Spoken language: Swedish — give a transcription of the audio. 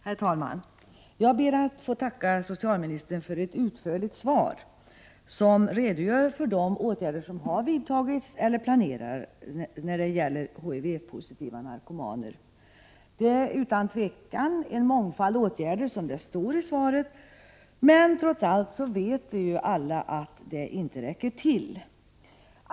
Herr talman! Jag ber att få tacka socialministern för ett utförligt svar, där hon redogör för de åtgärder som har vidtagits eller planeras när det gäller HIV-positiva narkomaner. Det rör sig utan tvivel om en mångfald åtgärder, som det sägs i svaret, men vi vet alla att de trots allt inte räcker till.